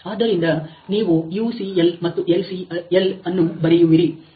ಆದ್ದರಿಂದ ನೀವು UCL ಮತ್ತು LCL ಅನ್ನು ಬರೆಯುವಿರಿ